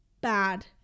Bad